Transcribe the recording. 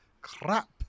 crap